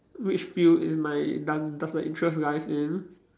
which field in my don~ does the interest lies in